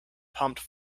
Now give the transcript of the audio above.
pumped